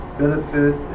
Benefit